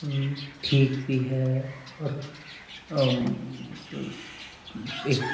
ठीक भी है और एक